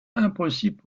impossible